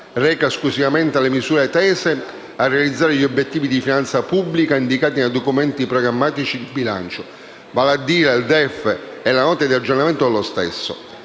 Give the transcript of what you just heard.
reca esclusivamente le misure tese a realizzare gli obiettivi di finanza pubblica indicati nei documenti programmatici di bilancio, vale a dire il DEF e la Nota di aggiornamento dello stesso.